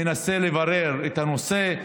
מנסה לברר את הנושא.